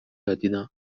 دادیدن